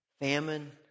famine